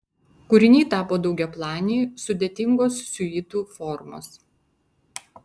kūriniai tapo daugiaplaniai sudėtingos siuitų formos